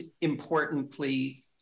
importantly